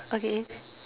okay